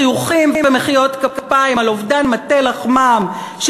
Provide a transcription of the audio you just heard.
חיוכים ומחיאות כפיים על אובדן מטה לחמם של